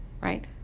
right